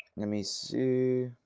let me see.